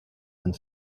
and